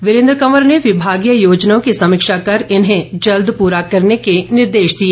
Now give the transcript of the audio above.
वीरेन्द्र कंवर ने विभागीय योजनाओं की समीक्षा कर इन्हें जल्द पुरा करने के निर्देश दिए